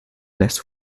less